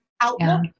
outlook